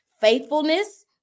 faithfulness